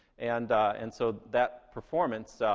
and and so that performance, so